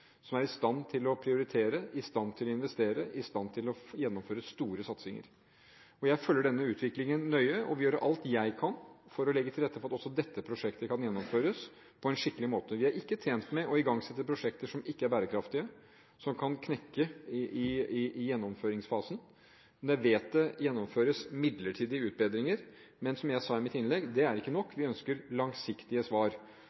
som er i stand til å prioritere, i stand til å investere, i stand til å gjennomføre store satsninger. Jeg følger denne utviklingen nøye, og jeg vil gjøre alt jeg kan for å legge til rette for at også dette prosjektet kan gjennomføres på en skikkelig måte. Vi er ikke tjent med å igangsette prosjekter som ikke er bærekraftige, som kan knekke i gjennomføringsfasen. Jeg vet det gjennomføres midlertidige utbedringer, men som jeg sa i mitt innlegg: Det er ikke nok, vi ønsker langsiktige svar.